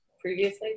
previously